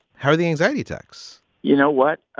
how are the anxiety attacks? you know what?